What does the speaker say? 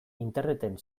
interneten